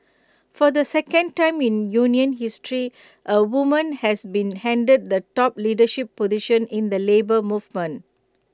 for the second time in union history A woman has been handed the top leadership position in the Labour Movement